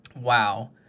Wow